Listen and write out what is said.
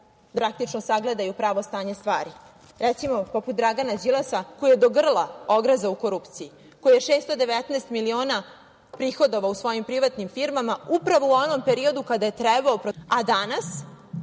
praktično sagledaju pravo stanje stvari. Recimo, poput Dragana Đilasa, koji je do grla ogrezao u korupciji, koji je 619 miliona prihodovao u svojim privatnim firmama, upravo u onom periodu kada je trebao protiv